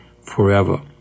forever